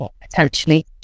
potentially